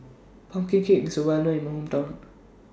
Pumpkin Cake IS Well known in My Hometown